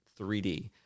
3D